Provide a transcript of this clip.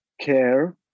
care